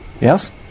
yes